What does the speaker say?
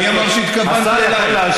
מי אמר שהתכוונתי אלייך?